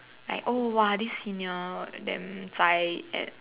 like oh !wah! this senior damn zai at